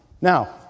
Now